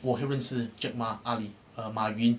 我可以认识 jack ma ali err 马云